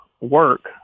work